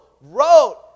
wrote